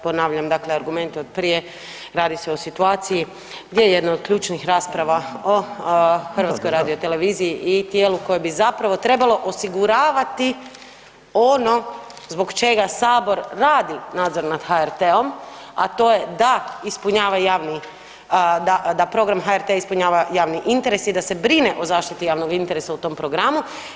Ponavljam dakle argumente od prije, radi se o situacije gdje je jedno od ključnih rasprava o HRT-u i tijelu koje bi zapravo trebalo osiguravati ono zbog čega sabor radi nadzor nad HRT-om, a to je da ispunjava javni, da, da program HRT-a ispunjava javni interes i da se brine o zaštiti javnog interesa u tom programu.